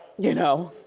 you know?